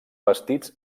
vestits